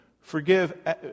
Forgive